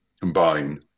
combine